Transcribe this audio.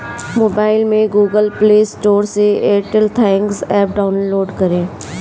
mobile में Google Play Store से Airtel Thanks app download करें